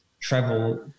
travel